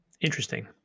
Interesting